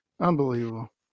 Unbelievable